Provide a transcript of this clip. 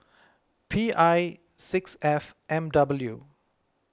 P I six F M W